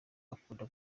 akunda